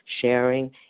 sharing